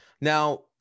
Now